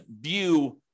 view